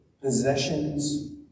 possessions